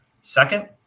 second